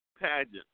pageant